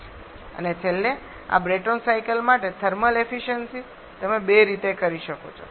અને છેલ્લે આ બ્રેટોન સાયકલ માટે થર્મલ એફિસયન્સિ તમે બે રીતે કરી શકો છો